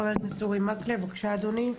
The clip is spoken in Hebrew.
חבר הכנסת אורי מקלב, בבקשה אדוני.